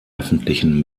öffentlichen